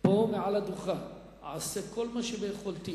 פה מעל הדוכן: אעשה כל מה שביכולתי,